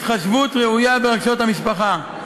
התחשבות ראויה ברגשות המשפחה.